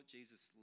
Jesus